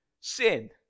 sin